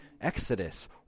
Exodus